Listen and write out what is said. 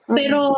pero